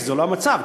התשע"ד 2013,